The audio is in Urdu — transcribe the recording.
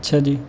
اچھا جی